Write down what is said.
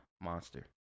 monster